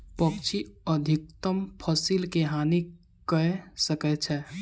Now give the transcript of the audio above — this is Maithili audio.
पक्षी अधिकतम फसिल के हानि कय सकै छै